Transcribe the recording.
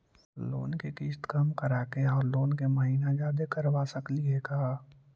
Loan के किस्त कम कराके औ लोन के महिना जादे करबा सकली हे का?